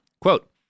Quote